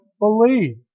believe